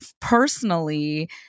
personally